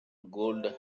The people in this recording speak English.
gold